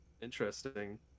Interesting